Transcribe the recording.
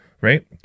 right